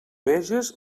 veges